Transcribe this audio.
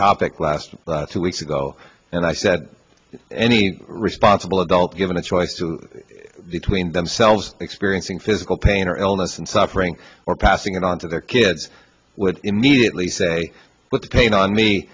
topic last two weeks ago and i said any responsible adult given a choice between themselves experiencing physical pain or illness and suffering or passing it on to their kids would immediately say but the pain on me